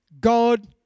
God